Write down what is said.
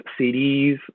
CDs